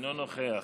אינו נוכח.